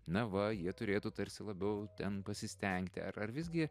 na va jie turėtų tarsi labiau ten pasistengti ar ar visgi